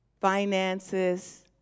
finances